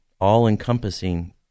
all-encompassing